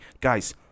Guys